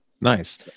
Nice